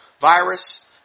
virus